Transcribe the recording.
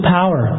power